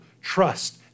trust